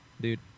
Dude